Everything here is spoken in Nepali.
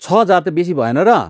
छ हजार त बेसी भएन र